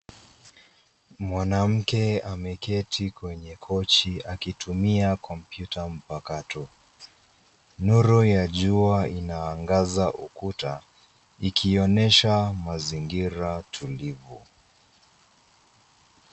Mwanamke ameketi kwenye Kochi akitumia kompyuta mpakato. Nuru ya jua inaangaza ukuta ikionyesha mazingira tulivu.